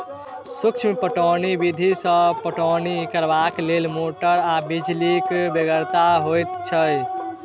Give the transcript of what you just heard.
सूक्ष्म पटौनी विधि सॅ पटौनी करबाक लेल मोटर आ बिजलीक बेगरता होइत छै